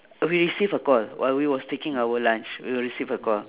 we receive a call while we was taking our lunch we receive a call